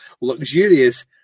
luxurious